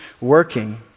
working